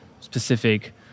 specific